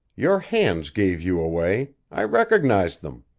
your hands gave you away i recognized them.